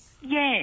Yes